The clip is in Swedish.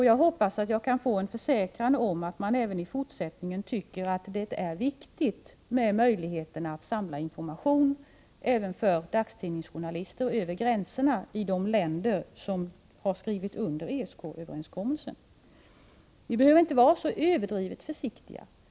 Jag hoppas att jag kan få en försäkran om att man även i fortsättningen tycker att det är viktigt att ha möjlighet att samla information, även för dagstidningsjournalister, över gränserna i de länder som har skrivit under ESK-överenskommelsen. Vi behöver inte vara så överdrivet försiktiga.